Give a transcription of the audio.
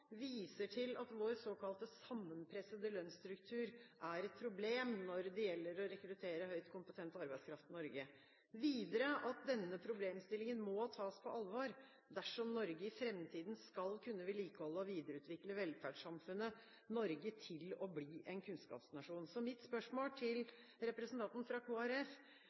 til at vår såkalte sammenpressede lønnsstruktur er et problem når det gjelder å rekruttere høyt kompetent arbeidskraft i Norge, og videre at denne problemstillingen må tas på alvor dersom Norge i framtiden skal kunne vedlikeholde og videreutvikle velferdssamfunnet Norge til å bli en kunnskapsnasjon. Mitt spørsmål til representanten fra